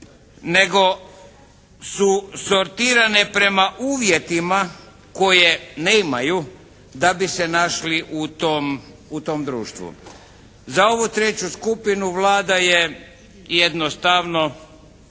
nego su sortirane prema uvjetima koje nemaju da bi se našli u tom društvu. Za ovu treću skupinu Vlada je jednostavno